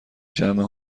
جمع